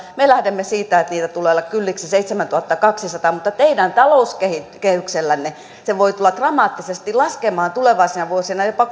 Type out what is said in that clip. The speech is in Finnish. me lähdemme siitä että niitä tulee olla kylliksi seitsemäntuhattakaksisataa mutta teidän talouskehyksellänne se voi tulla dramaattisesti laskemaan tulevina vuosina jopa